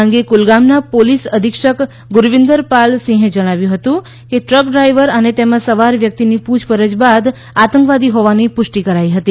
આ અંગે કુલગામના પોલીસ અધિક્ષક ગુરવિંદર પાલ સિંહે જણાવ્યું હતું કે દ્રક ડ્રાઇવર અને તેમાં સવાર વ્યક્તિની પૂછપરછ બાદ આતંકવાદી હોવાની પુષ્ટિ કરાઇ હતી